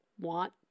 want